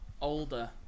older